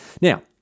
Now